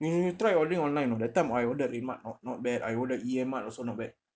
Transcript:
you you tried ordering online or not the time I ordered redmart not not bad I ordered E_M mart also not bad